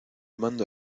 mando